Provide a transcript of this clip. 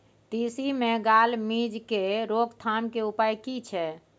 तिसी मे gall midge के रोकथाम के उपाय की छै?